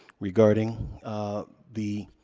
regarding the,